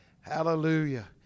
hallelujah